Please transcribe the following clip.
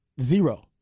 zero